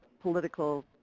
political